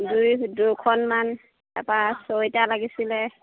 দুই দুইখনমান তাৰপৰা চুৱেটাৰ লাগিছিলে